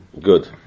good